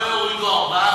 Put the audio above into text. לא יורידו ארבעה,